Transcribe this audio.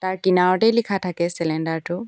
তাৰ কিনাৰতে লিখা থাকে চিলিণ্ডাৰটো